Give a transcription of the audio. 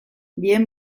bien